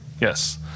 Yes